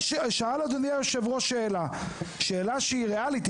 אדוני היושב ראש שאל שאלה - שאלה שהיא ריאלית,